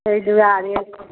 ताहि दुआरे